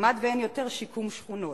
כמעט שאין יותר שיקום שכונות.